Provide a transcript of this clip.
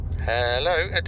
Hello